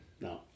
No